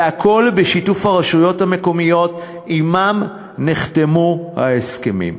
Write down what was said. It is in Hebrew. והכול בשיתוף הרשויות המקומיות שעמן נחתמו ההסכמים.